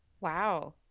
Wow